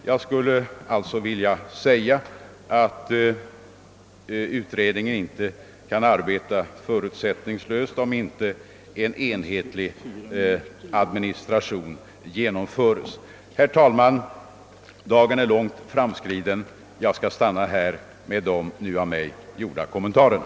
Jag skulle alltså vilja säga att utredningen inte kan arbeta förutsättningslöst om inte en enhetlig administration genomföres. Herr talman! Dagen är långt framskriden. Jag skall stanna här med de av mig gjorda kommentarerna.